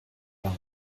wahr